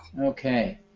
Okay